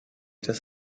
das